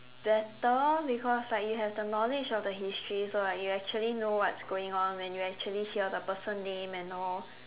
better because like you have the knowledge of the history so like you actually know what's going on when you actually hear the person name and all